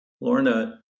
Lorna